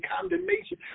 condemnation